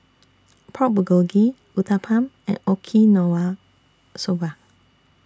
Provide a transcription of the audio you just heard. Pork Bulgogi Uthapam and Okinawa Soba